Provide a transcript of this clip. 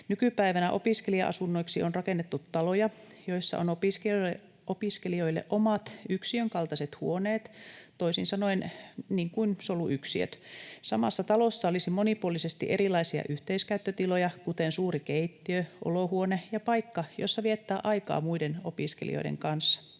Nykypäivänä opiskelija-asunnoiksi on rakennettu taloja, joissa on opiskelijoille omat, yksiön kaltaiset huoneet, toisin sanoen niin kuin soluyksiöt. Samassa talossa olisi monipuolisesti erilaisia yhteiskäyttötiloja, kuten suuri keittiö, olohuone ja paikka, jossa viettää aikaa muiden opiskelijoiden kanssa.